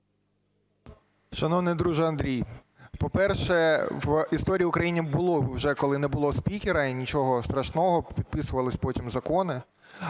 Шановний друже Андрій! По-перше, в історії України було вже, коли не було спікера - і нічого страшного, підписувалися потім закони.